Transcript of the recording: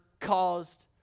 caused